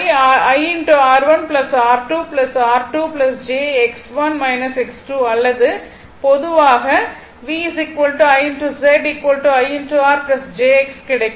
I R1 R2 R3 j X1 X2 அல்லது பொதுவாக V I Z I R jX கிடைக்கும்